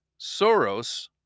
Soros